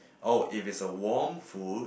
oh if it's a warm food